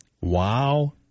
Wow